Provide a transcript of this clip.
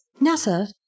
NASA